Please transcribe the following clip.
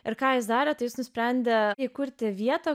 ir ką jis darė tai jis nusprendė įkurti vietą